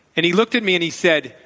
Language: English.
and he looked at me, and he said,